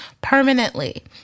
permanently